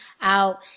out